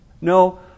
No